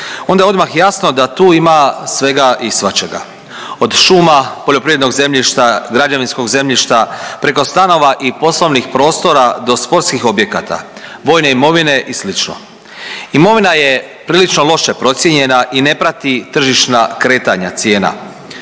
onda je odmah jasno da tu ima svega i svačega, od šuma, poljoprivrednog zemljišta, građevinskog zemljišta, preko stanova i poslovnih prostora do sportskih objekata, vojne imovine i slično. Imovina je prilično loše procijenjena i ne prati tržišna kretanja cijena.